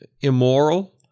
immoral